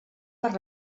per